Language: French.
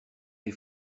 les